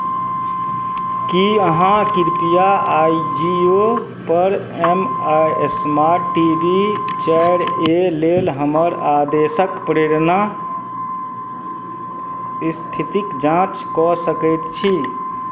की अहाँ कृपया I G O पर M I smart T V चारि ए लेल हमर आदेशक प्रेरणा स्थितिक जाँच कऽ सकैत छी